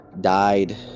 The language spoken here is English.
died